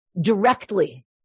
directly